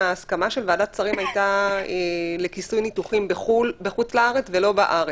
ההסכמה של ועדת שרים לכיסוי ניתוחים בחו"ל ולא בארץ.